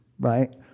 right